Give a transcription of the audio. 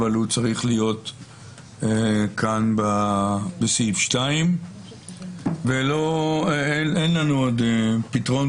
אבל הוא צריך להיות כאן בסעיף 2. אין לנו עוד פתרון,